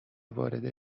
وارد